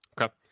Okay